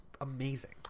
amazing